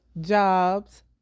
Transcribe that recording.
jobs